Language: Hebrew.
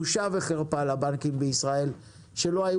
בושה וחרפה לבנקים בישראל שלא היו